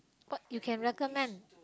what you can recommend